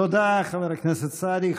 תודה, חבר הכנסת סעדי.